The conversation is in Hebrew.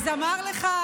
אז אמר לך